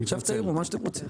עכשיו תעירו מה שאתם רוצים.